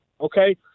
Okay